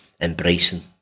embracing